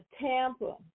Tampa